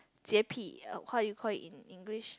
洁癖 how you call it in English